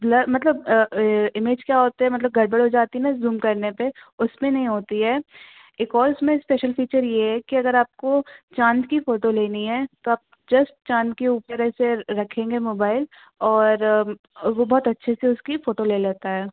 blur मतलब image क्या होता मतलब गड़बड़ हो जाती ना ज़ूम करने पर उसमें नहीं होती है एक और इसमें इस्पेशल फ़ीचर यह है कि अगर आपको चाँद की फ़ोटो लेनी है तो आप जस्ट चाँद के ऊपर ऐसे रखेंगे मोबाइल और वह बहुत अच्छे से उसकी फ़ोटो ले लेता है